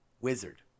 wizard